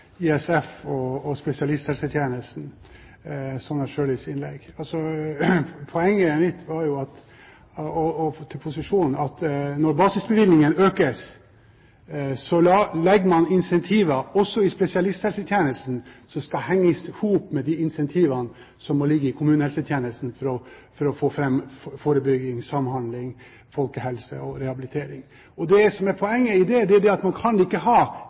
ISF og spesialisthelsetjenesten i Sonja Irene Sjølis innlegg: Poenget mitt og posisjonens er at når basisbevilgningen økes, legger man incentiver også i spesialisthelsetjenesten som skal henge i hop med de incentivene som må ligge i kommunehelsetjenesten for å få fram forebygging, samhandling, folkehelse og rehabilitering. Det som er poenget, er at man ikke kan ha én type incentiv i